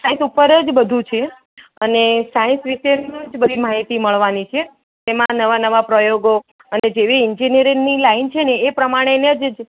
science ઉપર જ બધું છે અને સાયન્સ વિષે જ બધી માહિતી મળવાની છે એમાં નવા નવા પ્રયોગો અને જેવી એન્જીનીયરીંગની લાઈન છે ને એ પ્રમાણેના જ